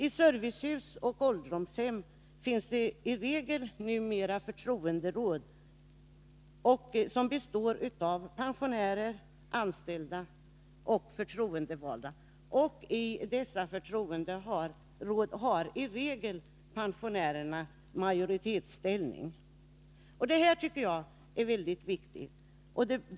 I servicehus och ålderdomshem finns numera i regel förtroenderåd som består av pensionärer, anställda och förtroendevalda. I dessa förtroenderåd har i regel pensionärerna majoritetsställning. Detta tycker jag är mycket viktigt.